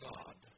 God